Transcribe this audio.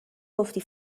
گفتی